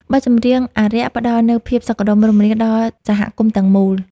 បទចម្រៀងអារក្ស ផ្ដល់នូវភាពសុខដុមរមនាដល់សហគមន៍ទាំងមូល។